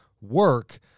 work